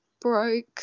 broke